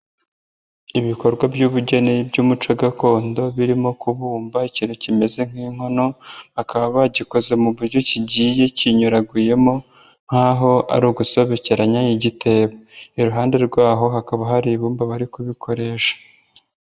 Ibikorwa by'ubugeni by'umuco gakondo birimo kubumba ikintu kimeze nk'inkono, bakaba bagikoze mu buryo kigiye kinyuraguyemo nk'aho ari ugusobekeranya igitebo, iruhande rwaho hakaba hari ibumba bari kubikoresha.